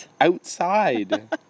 Outside